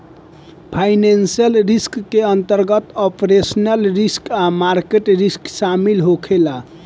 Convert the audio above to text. financial risk के अंतर्गत operational risk आ मार्केट रिस्क शामिल होखे ला